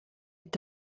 est